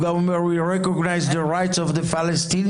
הוא גם אומר: We recognize the rights of the Palestinians.